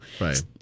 Right